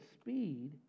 speed